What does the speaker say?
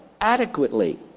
adequately